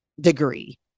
degree